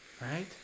Right